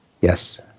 yes